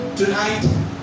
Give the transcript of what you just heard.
tonight